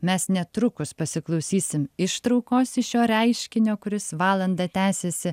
mes netrukus pasiklausysim ištraukos iš šio reiškinio kuris valandą tęsiasi